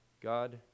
God